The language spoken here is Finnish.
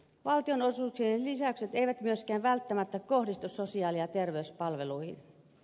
valtionosuuksien lisäykset eivät myöskään välttämättä kohdistu sosiaali ja terveyspalveluihin